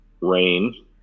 rain